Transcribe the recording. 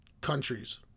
countries